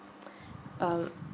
uh